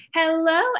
Hello